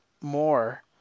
more